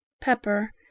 pepper